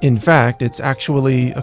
in fact it's actually a